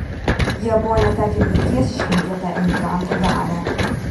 jie buvo netekę vilties iškentėt tą emigranto dalią